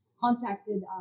contacted